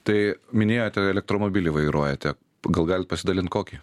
tai minėjote elektromobilį vairuojate gal galit pasidalint kokį